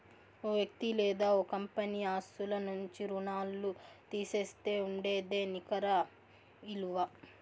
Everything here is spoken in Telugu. ఓ వ్యక్తి లేదా ఓ కంపెనీ ఆస్తుల నుంచి రుణాల్లు తీసేస్తే ఉండేదే నికర ఇలువ